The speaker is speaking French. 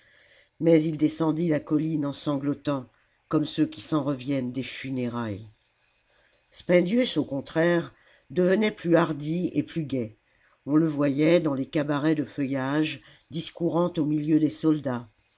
mais il descendit la colline en sanglotant comme ceux qui s'en reviennent des funérailles spendius au contraire devenait plus hardi et plus gai on le voyait dans les cabarets de feuillages discourant au milieu des soldats